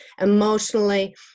emotionally